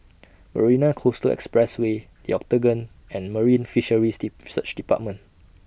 Marina Coastal Expressway Yo Octagon and Marine Fisheries Research department